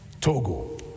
Togo